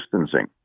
distancing